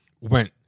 went